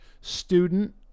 student